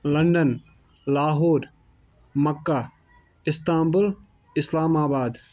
London Lahore Mecca Istanbul اسلام آباد